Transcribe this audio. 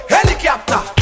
Helicopter